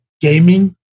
gaming